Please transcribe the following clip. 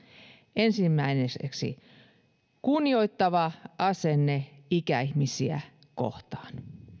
ensimmäiseksi kunnioittava asenne ikäihmisiä kohtaan